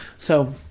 so,